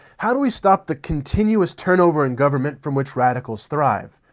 how do we stop the continuous turnover in government from which radicals thrive?